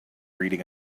reading